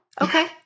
Okay